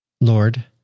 Lord